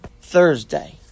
Thursday